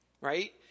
right